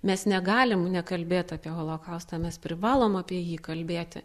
mes negalim nekalbėt apie holokaustą mes privalom apie jį kalbėti